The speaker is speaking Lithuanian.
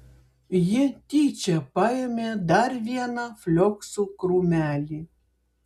ji tyčia paėmė dar vieną flioksų krūmelį